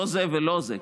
לא זה ולא זה,